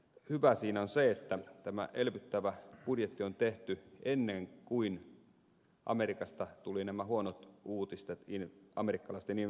hyvää siinä on se että tämä elvyttävä budjetti on tehty ennen kuin amerikasta tulivat nämä huonot uutiset amerikkalaisten investointipankkien kunnosta